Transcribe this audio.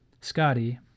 Scotty